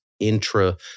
intra